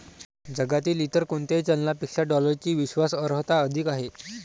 जगातील इतर कोणत्याही चलनापेक्षा डॉलरची विश्वास अर्हता अधिक आहे